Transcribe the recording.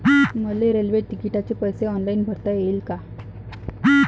मले रेल्वे तिकिटाचे पैसे ऑनलाईन भरता येईन का?